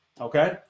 Okay